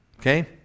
Okay